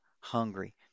hungry